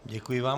Děkuji vám.